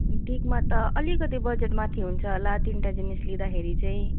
टिकमा त अलिकति बजेट माथि हुन्छ होला तिनवटा जिनिस लिँदाखेरि चाहिँ